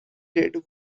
did